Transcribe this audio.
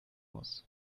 muss